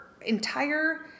entire